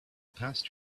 past